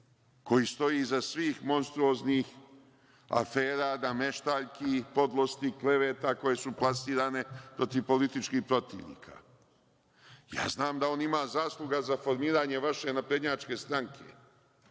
koji stoji iza svih monstruoznih afera, nameštaljki, podlosti, kleveta, koje su plasirane protiv političkih protivnika. Ja znam da on ima zasluga za formiranje vaše naprednjačke stranke,